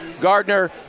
Gardner